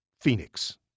Phoenix